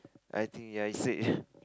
I think ya I said